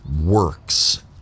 works